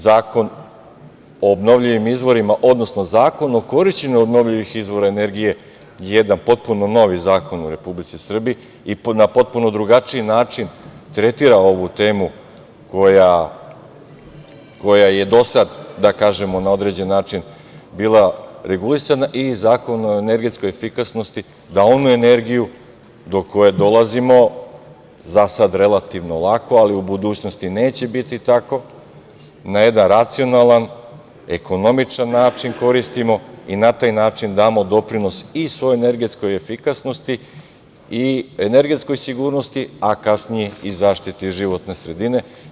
Zakon o obnovljivim izvorima, odnosno Zakon o korišćenju obnovljivih izvora energije je jedan potpuno novi zakon u Republici Srbiji i na potpuno drugačiji način tretira ovu temu koja je do sada na određeni način bila regulisana i Zakon o energetskoj efikasnosti, da onu energiju do koje dolazimo, za sada relativno lako ali u budućnosti neće biti tako, na jedan racionalan, ekonomičan način koristimo i na taj način damo doprinos i svojoj energetskoj efikasnosti, energetskoj sigurnosti, a kasnije i zaštiti životne sredine.